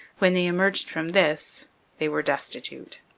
when they emerged from this they were destitute.